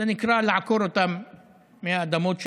זה נקרא לעקור אותם מהאדמות שלהם.